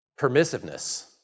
permissiveness